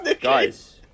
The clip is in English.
Guys